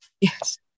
Yes